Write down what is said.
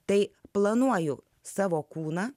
tai planuoju savo kūną